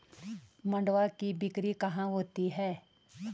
मंडुआ की बिक्री कहाँ होती है?